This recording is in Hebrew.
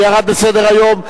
וירדה מסדר-היום.